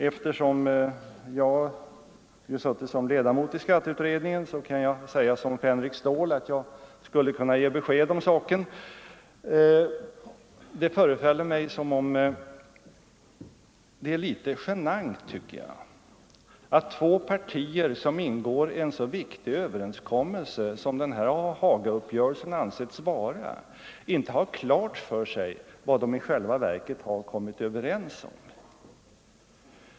Eftersom jag har suttit som ledamot i skatteutredningen kan jag säga som fänrik Stål: ”Jo, därom kan jag ge besked, om herrn så vill, ty jag var med.” Det är litet genant, tycker jag, att två partier, som ingår en så viktig överenskommelse som den här Hagauppgörelsen ansetts vara, inte har klart för sig vad de i själva verket har kommit överens om.